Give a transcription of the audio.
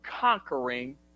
conquering